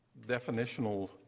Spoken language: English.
definitional